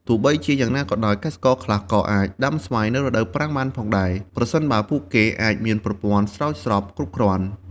ទោះបីជាយ៉ាងណាក៏ដោយ កសិករខ្លះក៏អាចដាំស្វាយនៅរដូវប្រាំងបានផងដែរ ប្រសិនបើពួកគេមានប្រព័ន្ធស្រោចស្រពគ្រប់គ្រាន់។